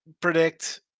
predict